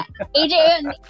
AJ